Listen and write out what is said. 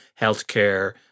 healthcare